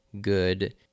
good